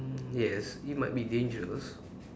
mm yes it might be dangerous